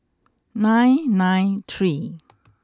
nine nine three